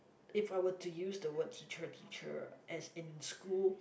if I were to use the word teacher teacher as in in school